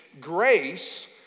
grace